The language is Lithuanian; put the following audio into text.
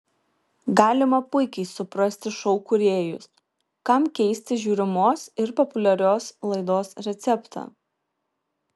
galima puikiai suprasti šou kūrėjus kam keisti žiūrimos ir populiarios laidos receptą